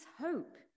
hope